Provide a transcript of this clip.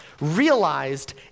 realized